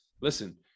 listen